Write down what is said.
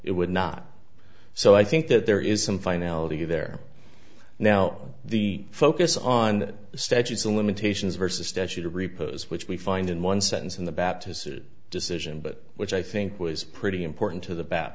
it would not so i think that there is some finality there now the focus on the statutes of limitations versus statute of repose which we find in one sentence in the baptist decision but which i think was pretty important to the bat